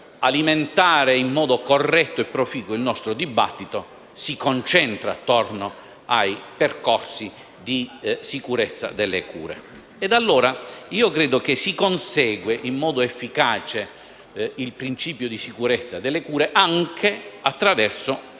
alimentare in modo corretto e proficuo il nostro dibattito, si concentra proprio attorno ai percorsi di sicurezza delle cure. Credo che si consegua in modo efficace il principio di sicurezza delle cure anche attraverso